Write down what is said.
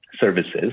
services